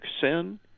sin